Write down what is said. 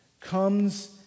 comes